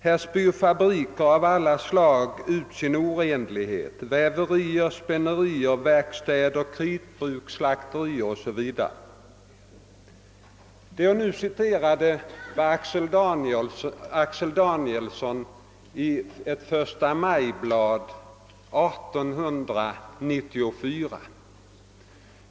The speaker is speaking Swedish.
Här spy fabriker av alla slag ut sin orenlighet, väverier, spinnerier, verkstäder, kritbruk, slakterier.» Den som jag nu citerade var Axel Danielsson och beskrivningen var hämtad från Ett förstamajblad, 1894.